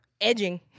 Edging